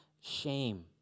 shame